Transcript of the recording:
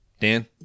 Dan